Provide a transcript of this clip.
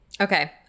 Okay